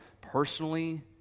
personally